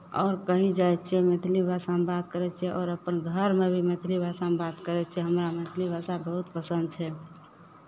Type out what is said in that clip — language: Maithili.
आओर कहीँ जाइ छियै मैथिली भाषामे बात करै छियै आओर अपन घरमे भी मैथिली भाषामे बात करै छियै हमरा मैथिली भाषा बहुत पसन्द छै